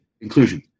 inclusion